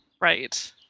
Right